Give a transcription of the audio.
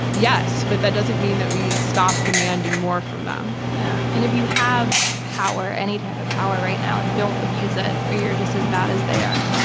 yes, but that doesn't mean that we stop demanding more from them. yeah and if you have power, any type of power right now, don't abuse it or you're just as bad as they are.